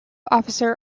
officer